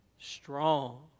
strong